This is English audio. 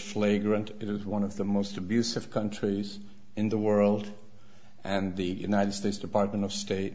flagrant is one of the most abusive countries in the world and the united states department of state